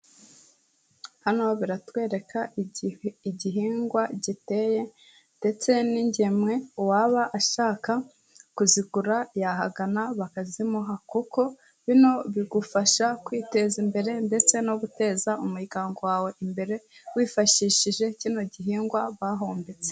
Hano biratwereka igihe igihingwa giteye ndetse n'ingemwe, uwaba ashaka kuzigura yahagana bakazimuha, kuko bino bigufasha kwiteza imbere ndetse no guteza umuryango wawe imbere wifashishije kino gihingwa bahombetse.